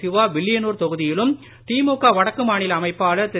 சிவா வில்லியனூர் தொகுதியிலும் திமுக வடக்கு மாநில அமைப்பாளர் திரு